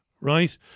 Right